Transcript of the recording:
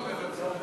לא מוותר.